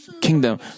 kingdom